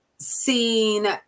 seen